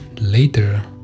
later